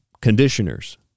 conditioners